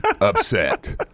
upset